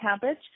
cabbage